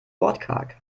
wortkarg